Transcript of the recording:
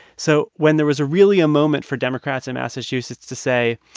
so when there was really a moment for democrats in massachusetts to say,